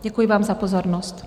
Děkuji vám za pozornost.